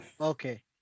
okay